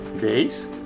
days